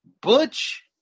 Butch